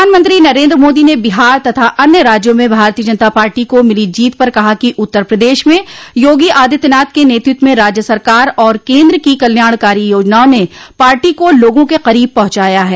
प्रधानमंत्री नरेन्द्र मोदी ने बिहार तथा अन्य राज्यों में भारतीय जनता पार्टी को मिली जीत पर कहा कि उत्तर प्रदेश में योगी आदित्यनाथ के नेतृत्व में राज्य सरकार और केन्द्र की कल्याणकारी योजनाओं ने पार्टी को लोगों के करीब पहुंचाया है